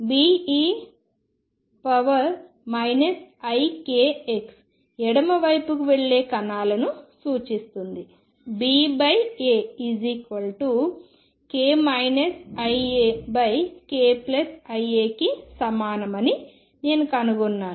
Be ikx ఎడమ వైపుకు వెళ్లే కణాలను సూచిస్తుందిBA k iαkiα కి సమానమని నేను కనుగొన్నాను